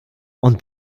und